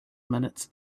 minutes